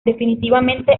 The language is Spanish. definitivamente